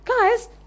guys